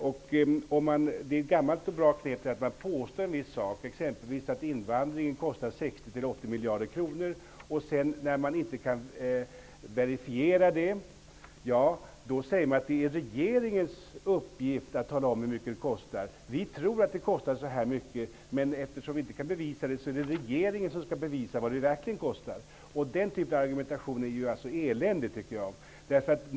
Det är ett gammalt och bra knep att påstå en viss sak, exempelvis att invandringen kostar 60--80 miljarder kronor, och när man inte kan verifiera det, säger man att det är regeringens uppgift att tala om hur mycket det kostar. Man säger alltså: Vi tror att det kostar så här mycket, men eftersom vi inte kan bevisa det, är det regeringen som skall bevisa vad det verkligen kostar. Den typen av argumentation är eländig.